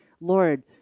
Lord